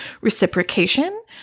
reciprocation